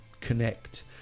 connect